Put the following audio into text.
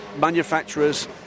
manufacturers